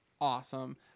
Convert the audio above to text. awesome